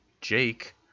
Jake